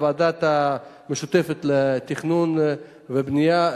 בוועדה המשותפת לתכנון ובנייה,